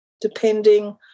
depending